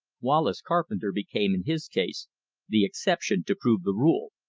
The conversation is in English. wallace carpenter became in his case the exception to prove the rule.